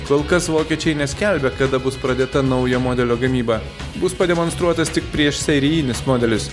kol kas vokiečiai neskelbia kada bus pradėta naujo modelio gamyba bus pademonstruotas tik prieš serijinis modelis